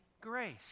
grace